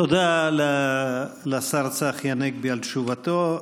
תודה לשר צחי הנגבי על תשובתו.